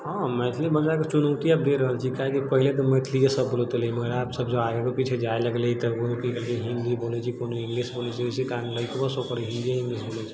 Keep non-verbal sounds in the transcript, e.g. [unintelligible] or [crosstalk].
हँ मैथिली भाषाके चुनौती आब दे रहल छै किएक कि पहिले तऽ मैथिलीके सब बोलैत रहै मगर आब जब सब आगे पीछे जाइ लगलै तऽ [unintelligible] हिन्दी बोलै छै इंगलिश बोलै छै [unintelligible] हिन्दी इंगलिश बोलै छै